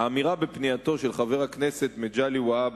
האמירה בפנייתו של חבר הכנסת מגלי והבה